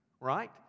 right